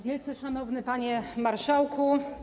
Wielce Szanowny Panie Marszałku!